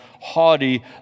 haughty